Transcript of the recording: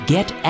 Get